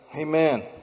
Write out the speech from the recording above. Amen